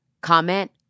comment